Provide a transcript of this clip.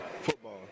football